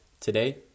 Today